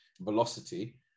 velocity